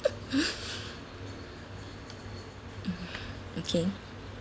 okay